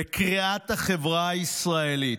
בקריעת החברה הישראלית.